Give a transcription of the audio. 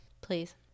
Please